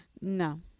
No